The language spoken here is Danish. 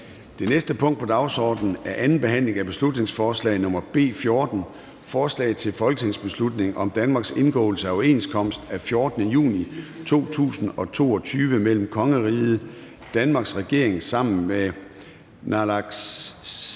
Det næste punkt på dagsordenen er: 21) 2. (sidste) behandling af beslutningsforslag nr. B 14: Forslag til folketingsbeslutning om Danmarks indgåelse af overenskomst af 14. juni 2022 mellem Kongeriget Danmarks regering sammen med